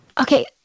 Okay